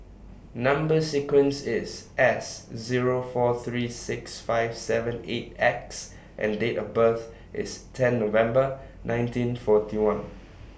Number sequence IS S Zero four three six five seven eight X and Date of birth IS ten November nineteen forty one